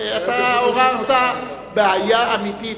אתה עוררת בעיה אמיתית,